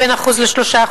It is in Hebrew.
בין 1% ל-3%.